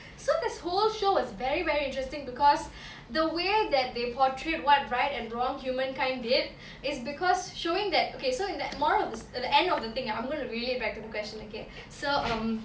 so this whole show is very very interesting because the way that they portray what right and wrong humankind did is because showing that okay so in that moral of the the end of the thing I'm going relate back to the question okay so um